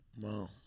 Wow